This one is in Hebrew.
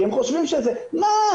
כי הם חושבים שזה 'מה,